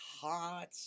hot